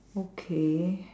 okay